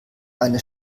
eine